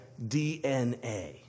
DNA